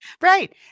Right